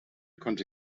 konnte